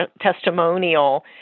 testimonial